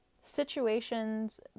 situations